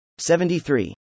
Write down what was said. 73